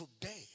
today